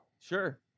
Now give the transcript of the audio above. Sure